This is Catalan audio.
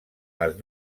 les